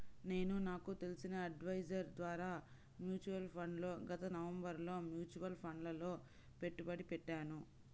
నేను నాకు తెలిసిన అడ్వైజర్ ద్వారా మ్యూచువల్ ఫండ్లలో గత నవంబరులో మ్యూచువల్ ఫండ్లలలో పెట్టుబడి పెట్టాను